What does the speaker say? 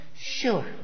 Sure